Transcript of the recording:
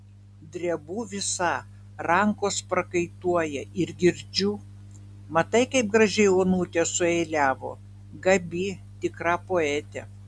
drebu visa rankos prakaituoja ir girdžiu matai kaip gražiai onutė sueiliavo gabi tikra poetė